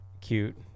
Cute